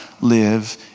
live